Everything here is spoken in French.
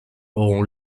auront